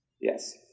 Yes